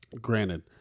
granted